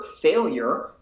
failure